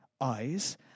eyes